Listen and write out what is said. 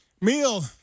Meal